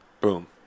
boom